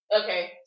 okay